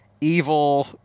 evil